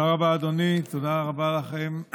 תודה רבה, אדוני, תודה רבה לכם.